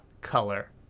color